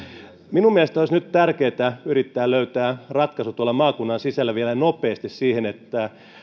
minun mielestäni olisi nyt tärkeää yrittää löytää ratkaisu tuolla maakunnan sisällä vielä nopeasti siihen että